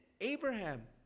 Abraham